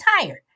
tired